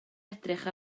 edrych